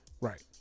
Right